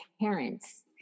parents